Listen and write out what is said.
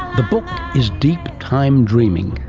the book is deep time dreaming,